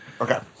Okay